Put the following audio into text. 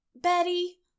Betty